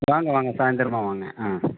வாங்க வாங்க சாய்ந்தரமாக வாங்க ஆ